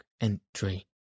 entry